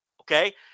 Okay